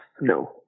no